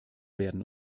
werden